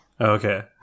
okay